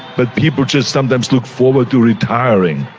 but people just sometimes look forward to retiring.